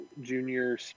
junior